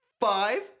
five